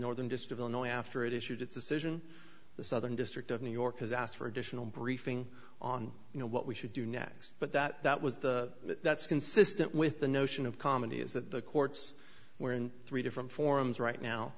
northern just of illinois after it issued its decision the southern district of new york has asked for additional briefing on you know what we should do next but that was the that's consistent with the notion of comedy is that the courts where in three different forms right now